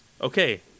okay